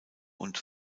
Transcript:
und